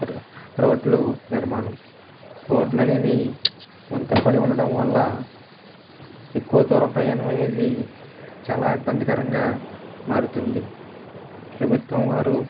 రోడ్ల నిర్మాణం రోడ్లు అనేవి గుంతలు పడి ఉండడం వల్ల ఎక్కువ దూరం ప్రయాణం అనేది చాలా ఇబ్బందికరంగా మారుతుంది ప్రభుత్వం వారు